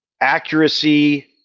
accuracy